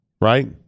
Right